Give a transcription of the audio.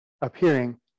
appearing